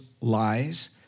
lies